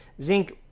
Zinc